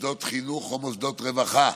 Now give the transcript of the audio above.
מוסדות חינוך או מוסדות רווחה,